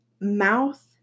mouth